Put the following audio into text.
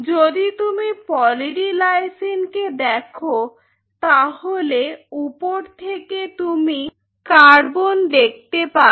যদি তুমি poly D lysine কে দেখো তাহলে উপর থেকে তুমি কার্বন দেখতে পাবে